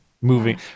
moving